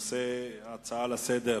בנושא ההצעה לסדר-היום,